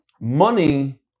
money